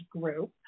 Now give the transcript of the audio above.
Group